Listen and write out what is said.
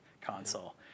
console